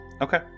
Okay